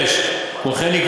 5. כמו כן,